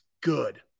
good